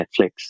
Netflix